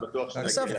אסף,